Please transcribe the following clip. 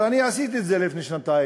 אבל אני עשיתי את זה לפני שנתיים,